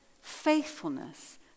faithfulness